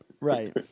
Right